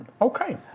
Okay